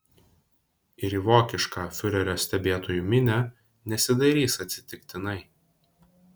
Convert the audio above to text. ir į vokišką fiurerio stebėtojų minią nesidairys atsitiktinai